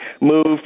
moved